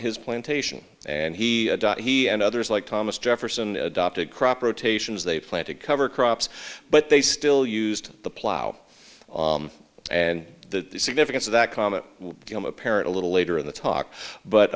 his plantation and he he and others like thomas jefferson adopted crop rotations they planted cover crops but they still used the plow and the significance of that comet become apparent a little later in the talk but